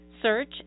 search